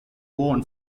worn